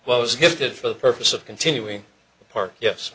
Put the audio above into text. well as he did for the purpose of continuing part yes